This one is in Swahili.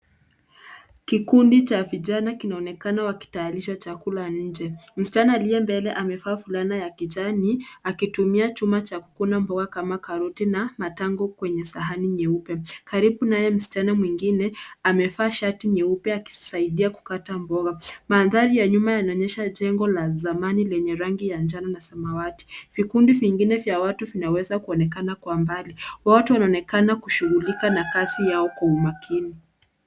Kikundi cha vijana kinaonekana wakitayarisha chakula nje. Msichana aliye mbele amevaa fulana ya kijani, akitumia chuma cha kukuna mboga kama karoti na matango kwenye sahani nyeupe. Karibu naye msichana mwingine amevaa shati nyeupe akisaidia kukata mboga. Mandhari ya nyuma yanaonyesha jengo la zamani lenye rangi ya njano na samawati. Vikundi vingine vya watu vinaweza kuonekana kwa mbali. Kuna watu wanaonekana kushughulika na kazi yao kwa umakini.